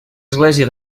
església